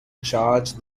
charge